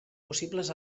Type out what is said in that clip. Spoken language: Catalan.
possibles